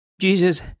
Jesus